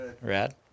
Rad